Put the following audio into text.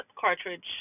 cartridge